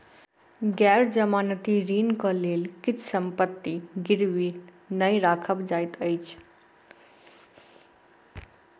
गैर जमानती ऋणक लेल किछ संपत्ति गिरवी नै राखल जाइत अछि